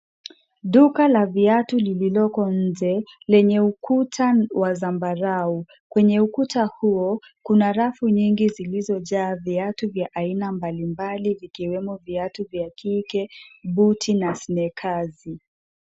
Duka la viatu lililoko nje, lenye ukuta wa zambarau. Kwenye ukuta huo kuna rafu nyingi zilizojaa viatu mbalimbali, vikiwemo viatu vya kike, buti na sneakers .